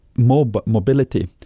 mobility